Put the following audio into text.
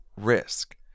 risk